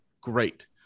great